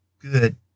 Good